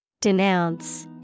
Denounce